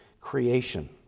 creation